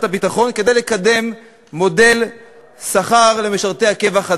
הביטחון כדי לקדם מודל שכר חדש למשרתי הקבע.